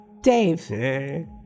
Dave